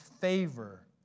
favor